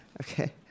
Okay